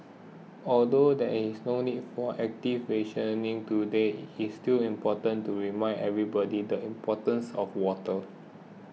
although there is no need for active rationing today it is still important to remind everybody the importance of water